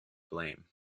blame